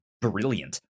brilliant